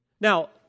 Now